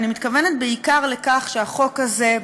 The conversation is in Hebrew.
אבל אני מתכוונת בעיקר לכך שהחוק הזה,